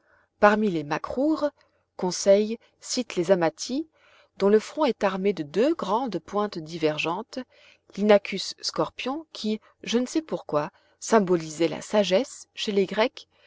parmi les macroures conseil cite des amathies dont le front est armé de deux grandes pointes divergentes l'inachus scorpion qui je ne sais pourquoi symbolisait la sagesse chez les grecs